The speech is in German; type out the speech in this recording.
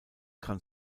gran